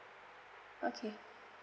okay